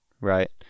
right